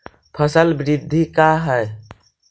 फसल वृद्धि का है?